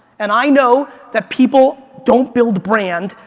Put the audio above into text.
and i know that people don't build brand,